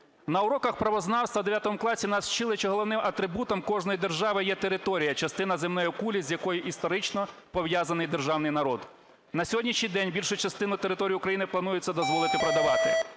На уроках правознавства в 9 класі нас вчили, що головним атрибутом кожної держави є територія – частина земної кулі, з якою історично пов'язаний державний народ. На сьогоднішній день більшу частину території України планується дозволити продавати.